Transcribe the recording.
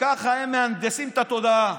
וככה הם מהנדסים את התודעה.